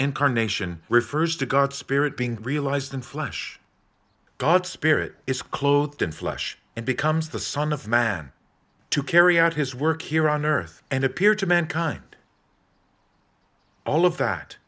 incarnation refers to god's spirit being realized in flesh god's spirit is clothed in flesh and becomes the son of man to carry out his work here on earth and appear to mankind all of that